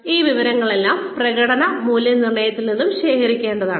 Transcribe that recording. ഈ വിവരങ്ങളെല്ലാം പ്രകടന മൂല്യനിർണ്ണയത്തിൽ നിന്നും ശേഖരിക്കാവുന്നതാണ്